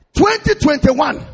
2021